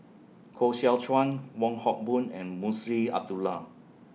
Koh Seow Chuan Wong Hock Boon and Munshi Abdullah